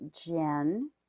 Jen